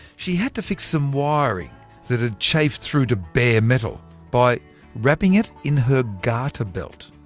she had to fix some wiring that had chafed through to bare metal by wrapping it in her garter belt.